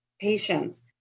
patience